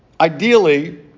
Ideally